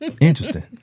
Interesting